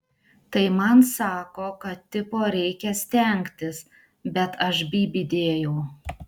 tai man sako kad tipo reikia stengtis bet aš bybį dėjau